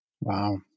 Wow